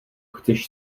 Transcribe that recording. chceš